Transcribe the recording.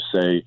say